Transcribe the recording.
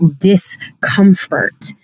discomfort